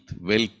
wealth